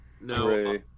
No